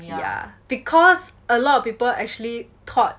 yeah because a lot of people actually thought